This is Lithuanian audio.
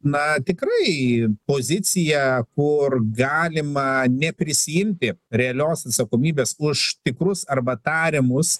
na tikrai poziciją kur galima neprisiimti realios atsakomybės už tikrus arba tariamus